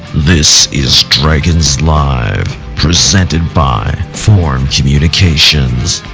this is dragons live presented by forum communications.